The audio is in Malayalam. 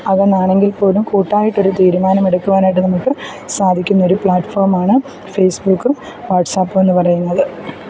അകന്നാണെങ്കിൽ പോലും കൂട്ടായിട്ടൊരു തീരുമാനം എടുക്കുവാനായിട്ടും നമുക്ക് സാധിക്കുന്നൊരു പ്ലാറ്റ്ഫോം ആണ് ഫേസ്ബുക്കും വാട്ട്സാപ്പും എന്ന് പറയുന്നത്